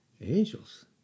Angels